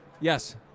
Yes